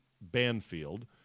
Banfield